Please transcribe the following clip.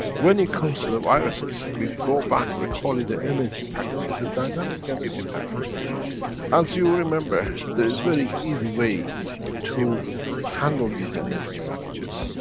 when it comes to the viruses, we go back and we call it the energy packages, a dynamic energy package. as you remember, there is very easy way to handle these energy packages.